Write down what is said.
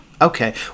okay